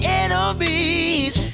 enemies